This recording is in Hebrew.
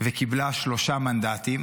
וקיבלה שלושה מנדטים.